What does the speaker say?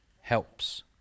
helps